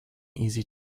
easy